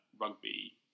rugby